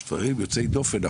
יש דברים יוצאי דופן,